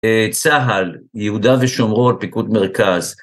צהל, יהודה ושומרון, פיקוד מרכז.